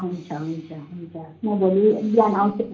हुन्छ हुन्छ हुन्छ म भोलि बिहान आउँछु नि ल